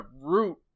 root